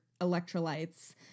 electrolytes